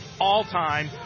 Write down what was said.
all-time